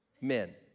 men